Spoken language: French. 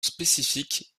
spécifique